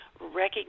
recognize